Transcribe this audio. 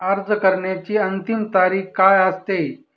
अर्ज करण्याची अंतिम तारीख काय असते?